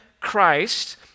Christ